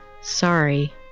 Sorry